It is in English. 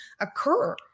occur